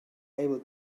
able